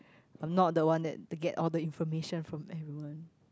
I'm not the one that get all the information from everyone